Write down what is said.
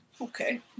okay